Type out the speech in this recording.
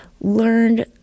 learned